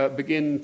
begin